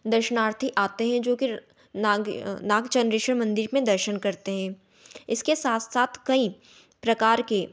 दर्शनार्थी आते हैं जो कि नागे नाग नागेश्वर मंदिर में दर्शन करते हें इसके साथ साथ कई प्रकार के